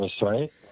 right